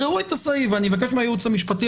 אני מבקש מהייעוץ המשפטי,